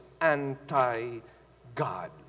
anti-God